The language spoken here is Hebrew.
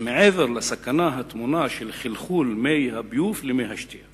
זה מעבר לסכנה של חלחול מי הביוב למי השתייה